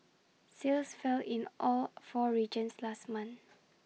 sales fell in all four regions last month